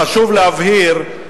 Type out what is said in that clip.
חשוב להבהיר: